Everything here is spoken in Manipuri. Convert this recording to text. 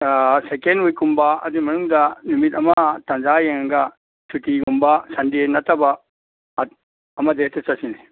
ꯑꯥ ꯁꯦꯀꯦꯟ ꯋꯤꯛꯀꯨꯝꯕ ꯑꯗꯨ ꯃꯅꯨꯡꯗ ꯅꯨꯃꯤꯠ ꯑꯃ ꯇꯥꯟꯖꯥ ꯌꯦꯡꯉꯒ ꯁꯨꯇꯤꯒꯨꯝꯕ ꯁꯟꯗꯦ ꯅꯠꯇꯕ ꯑꯃꯗ ꯍꯦꯛꯇ ꯆꯠꯁꯤꯅꯦ